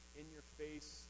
in-your-face